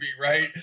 right